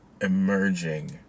emerging